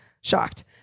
shocked